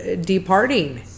departing